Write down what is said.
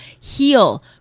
heal